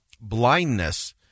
blindness